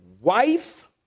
wife